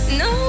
no